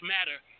Matter